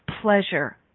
pleasure